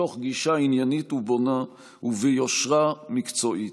מתוך גישה עניינית ובונה וביושרה מקצועית.